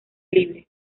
libre